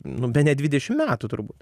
nu bene dvidešim metų turbūt